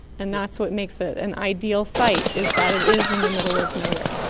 and that's what makes it an ideal site is that it is in the middle of nowhere.